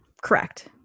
Correct